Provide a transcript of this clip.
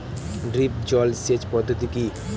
Drip জল সেচ পদ্ধতি কি?